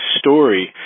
story